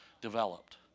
developed